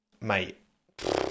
mate